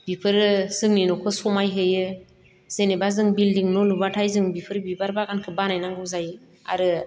बिफोरो जोंनि न'खो समायहोयो जेनेबा जों बिल्डिं न' लुब्लाथाय जों बिफोर बिबार बागानखो बानायनांगौ जायो आरो